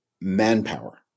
manpower